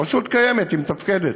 הרשות קיימת, היא מתפקדת.